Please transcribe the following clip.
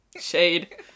Shade